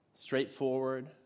straightforward